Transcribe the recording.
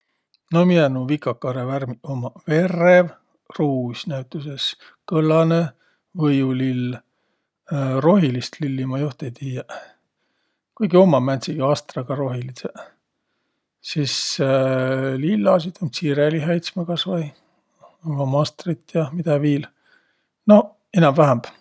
No miä nuuq vikakaarivärmiq ummaq: verrev, ruus näütüses, kõllanõ võiulill, rohilist lilli ma joht ei tiiäq, kuigi ummaq määntsegiq astraq kah rohilidsõq, sis lillasit um, tsirelihäitsmeq kasvai, om astrit ja midä viil. Noq, inämb-vähämb.